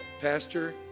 Pastor